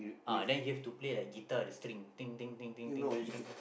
uh then you have to play like guitar the string